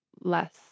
less